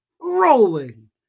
rolling